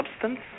substance